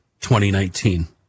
2019